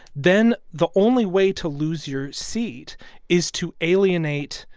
then the only way to lose your seat is to alienate.